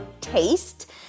taste